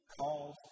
calls